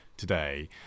today